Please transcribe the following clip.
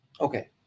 Okay